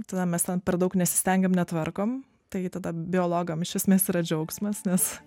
tada mes ten per daug nesistengiam netvarkom tai tada biologam iš esmės yra džiaugsmas nes